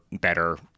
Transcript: better